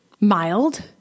mild